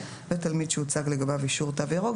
(3) תלמיד שהוצג לגביו אישור "תו ירוק".